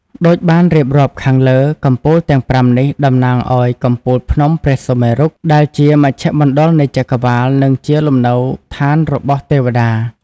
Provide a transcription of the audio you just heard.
ដូចបានរៀបរាប់ខាងលើ កំពូលទាំងប្រាំនេះតំណាងឲ្យកំពូលភ្នំព្រះសុមេរុ ដែលជាមជ្ឈមណ្ឌលនៃចក្រវាឡ និងជាលំនៅឋានរបស់ទេវតា។